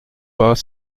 pas